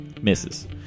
Misses